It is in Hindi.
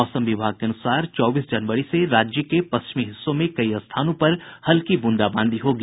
मौसम विभाग के अनुसार चौबीस जनवरी से राज्य के पश्चिमी हिस्सों में कई स्थानों पर हल्की ब्रंदाबांदी होगी